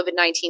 COVID-19